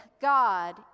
god